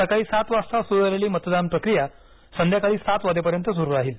सकाळी सात वाजता सुरु झालेली मतदान प्रक्रिया संध्याकाळी सात वाजेपर्यंत सुरु राहील